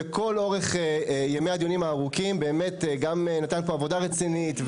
שלכל אורך ימי הדיונים הארוכים נתן פה עבודה רצינית,